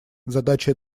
задача